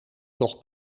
toch